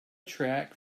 track